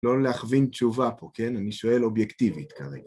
לא להכווין תשובה פה, כן? אני שואל אובייקטיבית כרגע.